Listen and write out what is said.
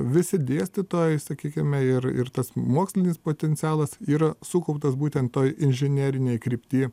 visi dėstytojai sakykime ir ir tas mokslinis potencialas yra sukauptas būtent toj inžinerinėj krypty